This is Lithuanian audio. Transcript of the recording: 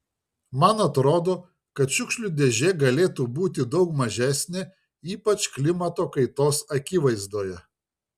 man atrodo kad šiukšlių dėžė galėtų būti daug mažesnė ypač klimato kaitos akivaizdoje